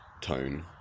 Tone